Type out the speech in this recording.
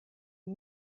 des